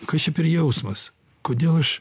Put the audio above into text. kas čia per jausmas kodėl aš